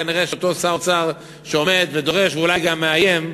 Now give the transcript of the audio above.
כנראה אותו שר אוצר שעומד ודורש ואולי גם מאיים,